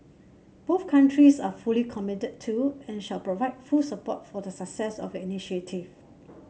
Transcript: both countries are fully committed to and shall provide full support for the success of the initiative